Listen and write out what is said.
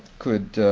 could